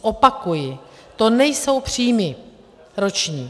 Opakuji, to nejsou příjmy roční.